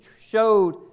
showed